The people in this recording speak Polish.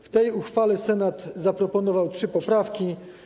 W tej uchwale Senat zaproponował trzy poprawki.